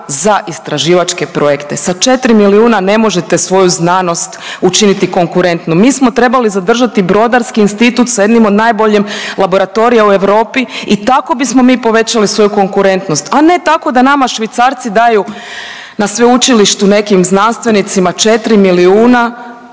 za istraživačke projekte. Sa 4 milijuna ne možete svoju znanost učiniti konkurentnom. Mi smo trebali zadržati Brodarski institut sa jednim od najboljih laboratorija u Europi i tako bismo mi povećali svoju konkurentnost, a ne tako da nama Švicarci daju na sveučilištu nekim znanstvenicima 4 milijuna